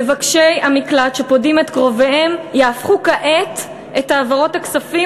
מבקשי המקלט שפודים את קרוביהם יהפכו כעת את העברות הכספים